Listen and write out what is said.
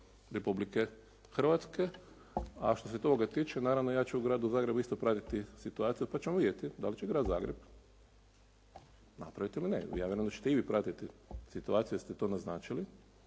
Republike Hrvatske a što se toga tiče naravno ja ću u Gradu Zagrebu isto pratiti situaciju pa ćemo vidjeti da li će Grad Zagreb napraviti ili ne. Ja vjerujem da ćete i vi pratiti situaciju jer ste to naznačili